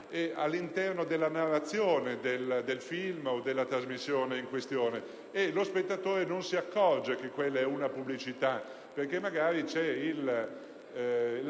all'interno della narrazione del film o della trasmissione in questione. Lo spettatore non si accorge che quella è una pubblicità perché magari c'è